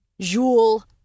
Jule